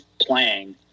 playing